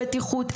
בטיחות,